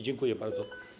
Dziękuję bardzo.